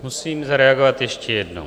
Musím zareagovat ještě jednou.